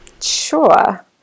sure